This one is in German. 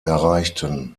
erreichten